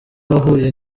wahuye